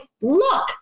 look